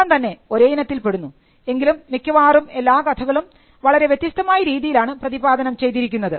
എല്ലാം തന്നെ ഒരേ ഇനത്തിൽ പെടുന്നു എങ്കിലും മിക്കവാറും എല്ലാ കഥകളും വളരെ വ്യത്യസ്തമായ രീതിയിലാണ് പ്രതിപാദനം ചെയ്തിരിക്കുന്നത്